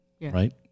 right